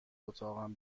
اتاقم